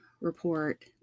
report